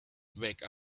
wake